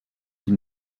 die